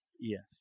Yes